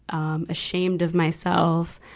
um ashamed of myself,